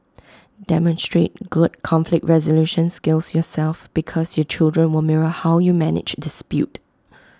demonstrate good conflict resolution skills yourself because your children will mirror how you manage dispute